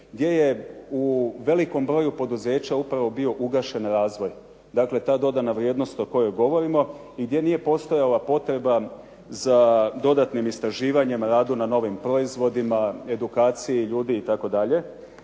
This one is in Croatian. gdje je u velikom broju poduzeća upravo bio ugašen razvoj, dakle ta dodana vrijednost o kojoj govorimo i gdje nije postojala potreba za dodatnim istraživanjem i radu na novim proizvodima, edukaciji ljudi itd.